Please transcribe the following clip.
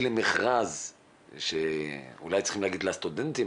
למכרז שאולי צריכים להגיד לסטודנטים,